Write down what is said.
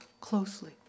closely